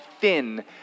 thin